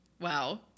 Wow